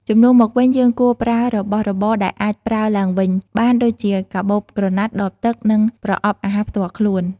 ជំនួសមកវិញ យើងគួរប្រើរបស់របរដែលអាចប្រើឡើងវិញបានដូចជាកាបូបក្រណាត់ ដបទឹក និងប្រអប់អាហារផ្ទាល់ខ្លួន។